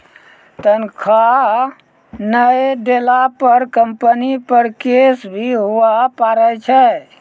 तनख्वाह नय देला पर कम्पनी पर केस भी हुआ पारै छै